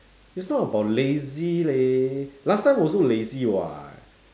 it's not about lazy leh last time also lazy [what]